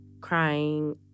crying